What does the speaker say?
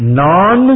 non